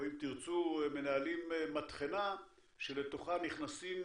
או אם תרצו מנהלים מטחנה שלתוכה נכנסים